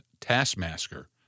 taskmaster